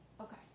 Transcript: Okay